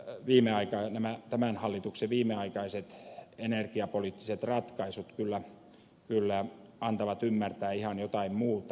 mutta tämän hallituksen viimeaikaiset energiapoliittiset ratkaisut kyllä antavat ymmärtää ihan jotain muuta